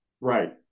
Right